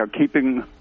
keeping